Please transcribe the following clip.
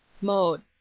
Mode